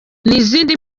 n’izindi